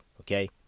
Okay